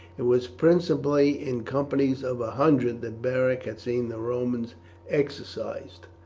it was principally in companies of a hundred that beric had seen the romans exercised,